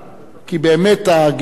כי באמת הגישה,